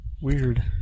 Weird